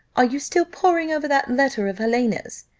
are you still poring over that letter of helena's?